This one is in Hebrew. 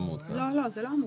לא, זה לא המעודכן,